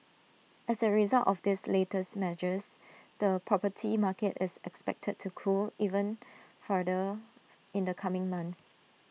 as A result of these latest measures the property market is expected to cool even further in the coming months